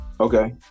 Okay